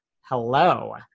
Hello